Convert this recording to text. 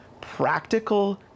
practical